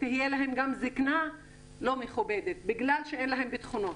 תהיה להן גם זיקנה לא מכובדת בגלל שאין להן ביטחונות.